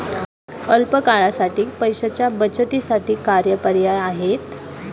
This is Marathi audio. अल्प काळासाठी पैशाच्या बचतीसाठी काय पर्याय आहेत?